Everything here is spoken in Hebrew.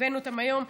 הבאנו אותם היום.